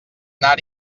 anar